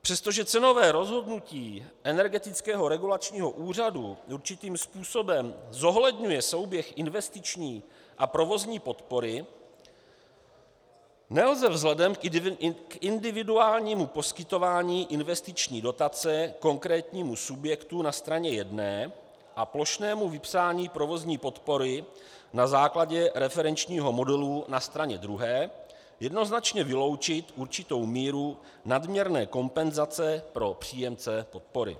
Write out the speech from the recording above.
Přestože cenové rozhodnutí Energetického regulačního úřadu určitým způsobem zohledňuje souběh investiční a provozní podpory, nelze vzhledem k individuálnímu poskytování investiční dotace konkrétnímu subjektu na straně jedné a plošnému vypsání provozní podpory na základě referenčního modelu na straně druhé jednoznačně vyloučit určitou míru nadměrné kompenzace pro příjemce podpory.